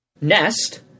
nest